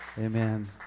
Amen